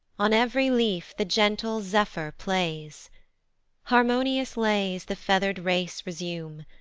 on ev'ry leaf the gentle zephyr plays harmonious lays the feather'd race resume,